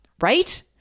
right